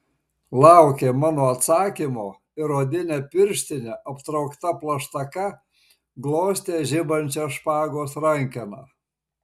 laukė mano atsakymo ir odine pirštine aptraukta plaštaka glostė žibančią špagos rankeną